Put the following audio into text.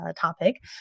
topic